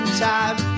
time